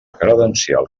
credencial